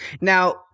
Now